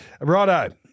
Righto